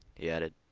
he added,